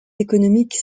économique